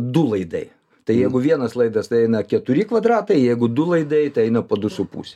du laidai tai jeigu vienas laidas tai eina keturi kvadratai jeigu du laidai tai eina po du su pus